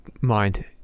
mind